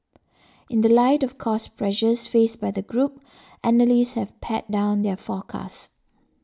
in the light of cost pressures faced by the group analysts have pared down their forecasts